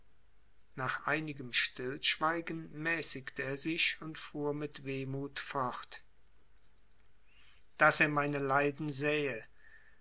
nach einigem stillschweigen mäßigte er sich und fuhr mit wehmut fort daß er meine leiden sähe